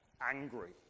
angry